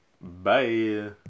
Bye